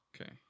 Okay